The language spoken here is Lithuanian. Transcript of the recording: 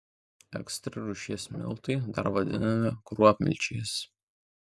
ekstra rūšies miltai dar vadinami kruopmilčiais